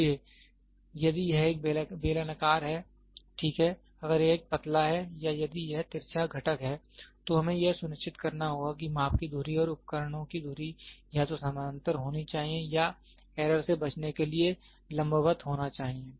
इसलिए यदि यह एक बेलनाकार है ठीक है अगर यह एक पतला है या यदि यह तिरछा घटक है तो हमें यह सुनिश्चित करना होगा कि माप की धुरी और उपकरणों की धुरी या तो समानांतर होनी चाहिए या एरर से बचने के लिए लंबवत होना चाहिए